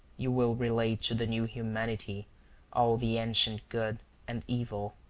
you will relate to the new humanity all the ancient good and evil.